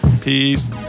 peace